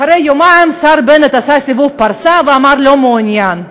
אחרי יומיים השר בנט עשה סיבוב פרסה ואמר: לא מעוניין.